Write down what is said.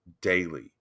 daily